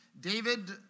David